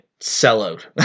sellout